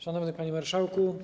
Szanowny Panie Marszałku!